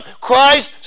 Christ